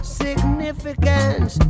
significance